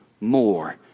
more